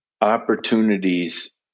opportunities